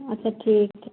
अच्छा ठीक है